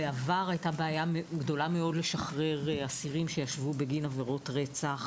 בעבר הייתה בעיה גדולה מאוד לשחרר אסירים שישבו בגין עבירות רצח,